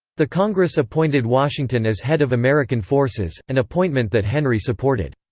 the congress appointed washington as head of american forces, an appointment that henry supported.